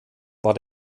war